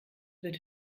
wird